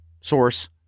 source